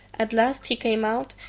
at last he came out,